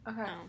Okay